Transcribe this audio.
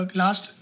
last